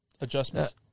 adjustments